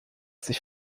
sich